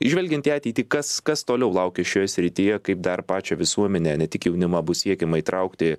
žvelgiant į ateitį kas kas toliau laukia šioje srityje kaip dar pačią visuomenę ne tik jaunimą bus siekiama įtraukti